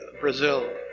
Brazil